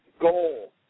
goal